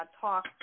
talk